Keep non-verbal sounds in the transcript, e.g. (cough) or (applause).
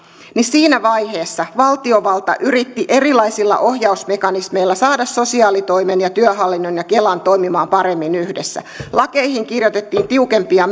niin siinä vaiheessa valtiovalta yritti erilaisilla ohjausmekanismeilla saada sosiaalitoimen ja työhallinnon ja kelan toimimaan paremmin yhdessä lakeihin kirjoitettiin tiukempia (unintelligible)